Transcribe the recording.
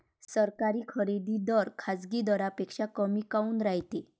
सरकारी खरेदी दर खाजगी दरापेक्षा कमी काऊन रायते?